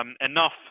enough